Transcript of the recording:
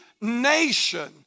nation